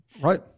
Right